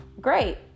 great